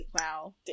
Wow